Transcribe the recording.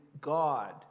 God